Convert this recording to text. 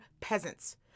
peasants